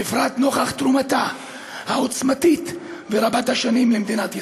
בפרט נוכח תרומתה העוצמתית ורבת-השנים למדינת ישראל.